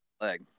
leg